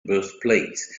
birthplace